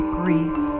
grief